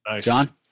John